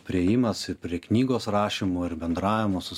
priėjimas ir prie knygos rašymo ir bendravimo su